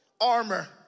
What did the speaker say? armor